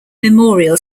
memorial